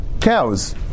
cows